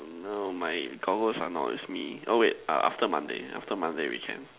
oh no my goggles are not with me oh wait uh after Monday after Monday we can